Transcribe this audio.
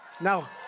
Now